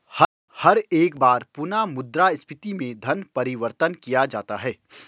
हर एक बार पुनः मुद्रा स्फीती में धन परिवर्तन किया जाता है